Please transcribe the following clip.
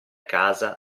casa